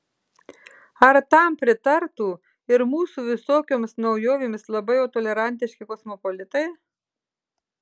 ar tam pritartų ir mūsų visokioms naujovėms labai jau tolerantiški kosmopolitai